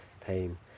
pain